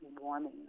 warming